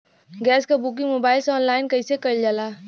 Gas क booking mobile से online कईसे कईल जाला?